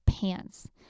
pants